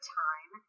time